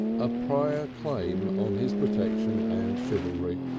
a prior claim on his protection and chivalry.